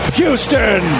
Houston